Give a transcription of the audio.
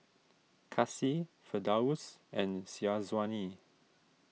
Kasih Firdaus and Syazwani